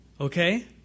okay